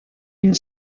une